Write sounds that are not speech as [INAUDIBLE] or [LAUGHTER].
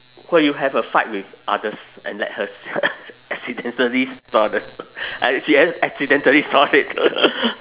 where you have a fight with others and let her se~ [NOISE] accidentally saw that she accidentally saw it